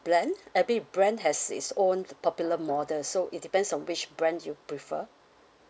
brand every brand has its own popular model so it depends on which brand you prefer